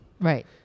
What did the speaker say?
Right